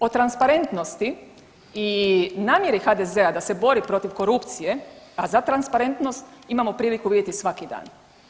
O transparentnosti i namjeri HDZ-a da se bori protiv korupcije, a za transparentnost imamo priliku vidjeti svaki dan.